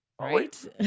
Right